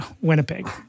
Winnipeg